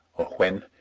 or when,